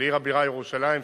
לעיר הבירה ירושלים,